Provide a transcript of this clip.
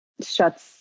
shuts